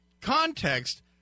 context